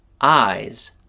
eyes